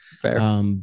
Fair